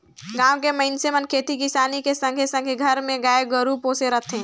गाँव के मइनसे मन खेती किसानी के संघे संघे घर मे गाय गोरु पोसे रथें